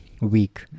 week